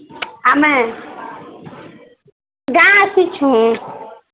ଆମେ ଗାଁ ଆସିଛୁଁ